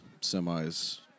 semis